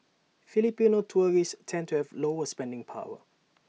Filipino tourists tend to have lower spending power